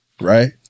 right